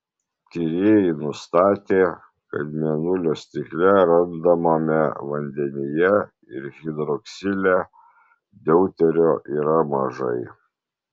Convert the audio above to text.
tyrėjai nustatė kad mėnulio stikle randamame vandenyje ir hidroksile deuterio yra mažai